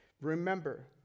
Remember